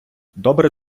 добре